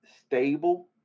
stable